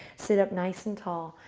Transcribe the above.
sit up nice and tall.